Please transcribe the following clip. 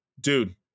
dude